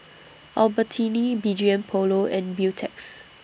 Albertini B G M Polo and Beautex